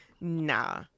nah